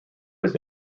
his